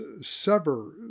sever